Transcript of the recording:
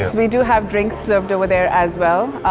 we do have drinks served over there as well.